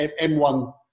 M1